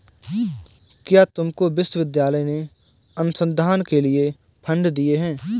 क्या तुमको विश्वविद्यालय ने अनुसंधान के लिए फंड दिए हैं?